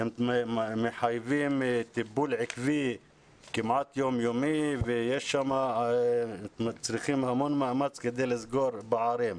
שמחייבות טיפול עקבי כמעט יומיומי וצריכים המון מאמץ כדי לסגור פערים.